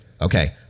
okay